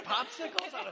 Popsicles